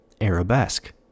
Arabesque